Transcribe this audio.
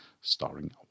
starring